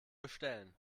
bestellen